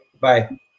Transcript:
bye